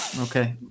okay